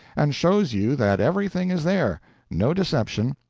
and shows you that everything is there no deception,